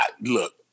Look